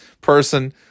person